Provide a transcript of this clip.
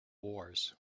wars